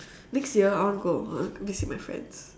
next year I want to go I want to visit my friends